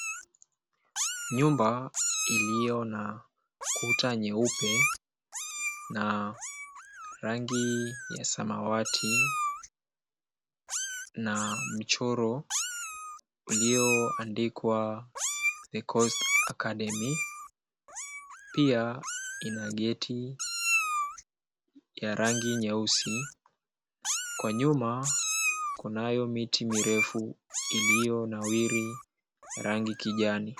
Nyumba iliyo na kuta nyeupe na rangi ya samawati na mchoro ulioandikwa, The Coast Academy. Pia ina geti ya rangi nyeusi. Kwa nyuma kunayo miti mirefu iliyonawiri rangi kijani.